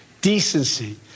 decency